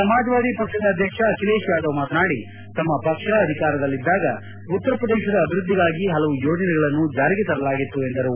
ಸಮಾಜವಾದಿ ಪಕ್ಷದ ಅಧ್ಯಕ್ಷ ಅಖಿಲೇಶ್ ಯಾದವ್ ಮಾತನಾಡಿ ತಮ್ನ ಪಕ್ಷ ಅಧಿಕಾರದಲ್ಲಿದ್ದಾಗ ಉತ್ತರಪ್ರದೇಶದ ಅಭಿವೃದ್ದಿಗಾಗಿ ಹಲವು ಯೋಜನೆಗಳನ್ನು ಜಾರಿಗೆ ತರಲಾಗಿತ್ತು ಎಂದು ಹೇಳಿದರು